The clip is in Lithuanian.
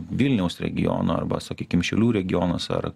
vilniaus regiono arba sakykim šiaulių regionas ar